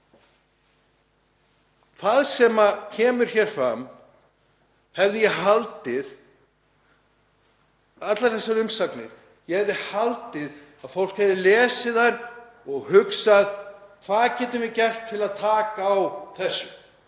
Það sem kemur hér fram, allar þessar umsagnir — ég hefði haldið að fólk hefði lesið þær og hugsað: Hvað getum við gert til að taka á þessu?